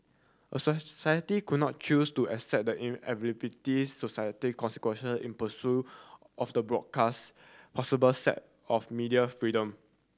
a society could not choose to accept the inevitability society consequential in pursuit of the broadcast possible set of media freedom